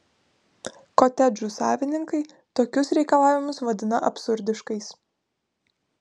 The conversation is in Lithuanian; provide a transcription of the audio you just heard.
kotedžų savininkai tokius reikalavimus vadina absurdiškais